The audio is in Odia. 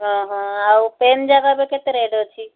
ହଁ ହଁ ଆଉ ପେନ୍ ଜାକ ଏ ବି କେତେ ରେଟ୍ ଅଛି